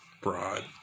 Broad